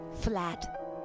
Flat